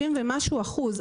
70 ומשהו אחוז,